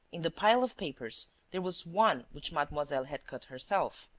in the pile of papers, there was one which mademoiselle had cut herself.